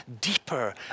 deeper